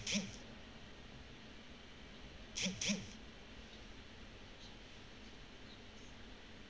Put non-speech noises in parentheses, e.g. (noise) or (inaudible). (noise)